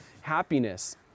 happiness